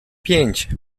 pięć